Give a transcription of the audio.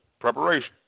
Preparation